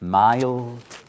mild